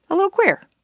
a little queer?